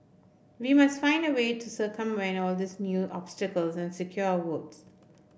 we must find a way to circumvent all these new obstacles and secure our votes